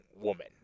woman